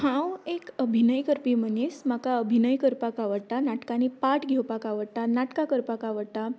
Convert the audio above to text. हांव एक अभिनय करपी मनीस म्हाका अभिनय करपाक आवडटा नाटकांनी पार्ट घेवपाक आवडटा नाटकां करपाक आवडटा